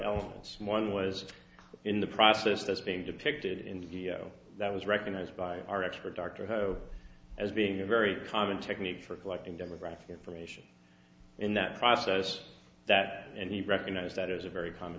else one was in the process that's being depicted in the show that was recognized by our expert dr ho as being a very common technique for collecting demographic information in that process that and he recognized that as a very common